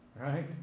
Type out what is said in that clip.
right